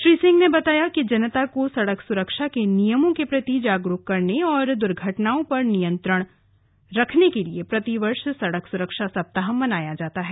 श्री सिंह ने बताया कि जनता को सड़क सुरक्षा के नियमों के प्रति जागरूक करने व दुर्घटनाओं पर नियंत्रण रखने के लिए प्रतिवर्ष सड़क सुरक्षा सप्ताह मनाया जाता है